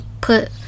put